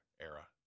era